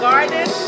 Garden